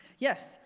yes,